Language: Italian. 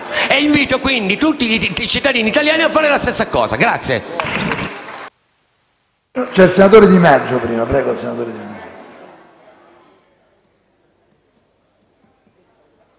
Invito quindi tutti i cittadini italiani a fare la stessa cosa.